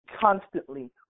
constantly